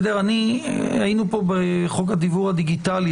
היינו פה בחוק הדיוור הדיגיטלי,